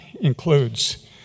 includes